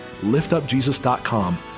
liftupjesus.com